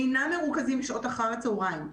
אינם מרוכזים בשעות אחר הצהריים.